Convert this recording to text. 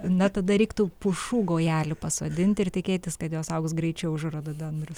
na tada reiktų pušų gaujelių pasodinti ir tikėtis kad jos augs greičiau už rododendrus